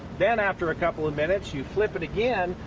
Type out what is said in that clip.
then after a couple of minutes, you flip it again,